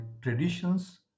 traditions